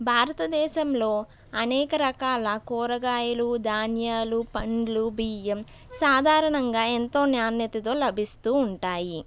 భారతదేశంలో అనేక రకాల కూరగాయలు ధాన్యాలు పండ్లు బియ్యం సాధారణంగా ఎంతో నాణ్యతతో లభిస్తూ ఉంటాయి